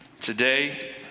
Today